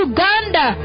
Uganda